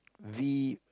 V